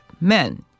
men